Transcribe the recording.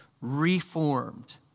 reformed